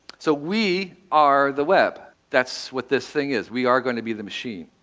so we are the web, that's what this thing is. we are going to be the machine.